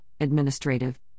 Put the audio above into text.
administrative